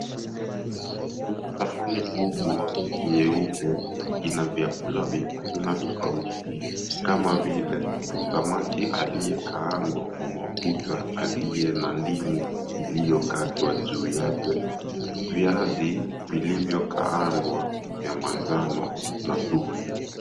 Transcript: Kwenye sahani kubwa nyeupe, ina vyakula vya aina tofauti, kama vile, samaki aliyekaangwa kwa mafuta aliye na ndimu iliyokatwa juu yake, viazi vilivyokaangwa vya manjano na supu.